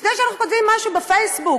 לפני שאנחנו כותבים משהו בפייסבוק,